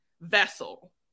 vessel